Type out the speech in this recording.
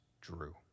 drew